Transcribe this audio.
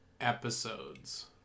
episodes